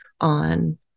on